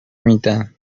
میدن